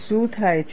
શું થાય છે